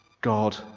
God